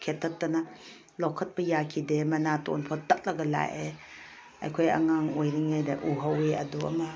ꯈꯦꯠꯇꯠꯇꯅ ꯂꯧꯈꯠꯄ ꯌꯥꯈꯤꯗꯦ ꯃꯅꯥꯇꯣꯟꯐꯥꯎꯕ ꯇꯠꯂꯒ ꯂꯥꯛꯑꯦ ꯑꯩꯈꯣꯏ ꯑꯉꯥꯡ ꯑꯣꯏꯔꯤꯉꯩꯗ ꯎꯍꯧꯏ ꯑꯗꯨ ꯑꯃ